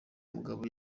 mugabo